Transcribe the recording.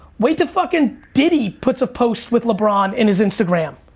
wait til fucking diddy puts a post with lebron in his instagram.